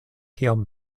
kiam